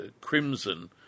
crimson